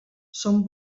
som